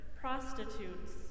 prostitutes